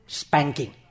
spanking